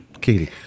Katie